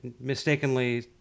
mistakenly